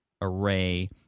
array